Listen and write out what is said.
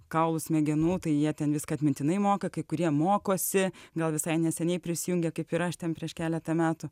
kaulų smegenų tai jie ten viską atmintinai moka kai kurie mokosi gal visai neseniai prisijungė kaip ir aš ten prieš keletą metų